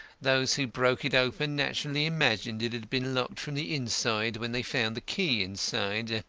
those who broke it open naturally imagined it had been locked from the inside when they found the key inside.